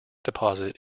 deposit